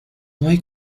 hay